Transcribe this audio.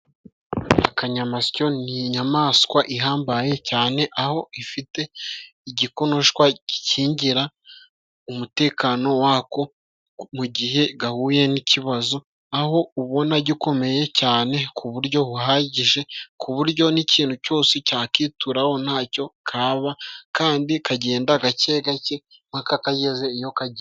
Akanyamasyo ni inyamaswa ihambaye cyane， aho ifite igikonoshwa gikingira umutekano wako， mu gihe gahuye n'ikibazo，aho ubona gikomeye cyane ku buryo buhagije， ku buryo n'ikintu cyose cyakituraho ntacyo kaba， kandi kagenda gake gake，paka kageze iyo kajya.